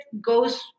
goes